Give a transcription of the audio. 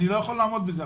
אני לא יכול לעמוד בזה.